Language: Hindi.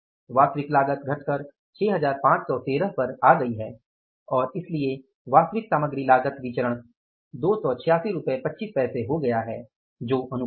वास्तविक लागत घट कर 6513 पर आ गई है और इसलिए वास्तविक सामग्री लागत विचरण 28625 हो गया है जो अनुकूल है